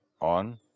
on